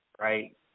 right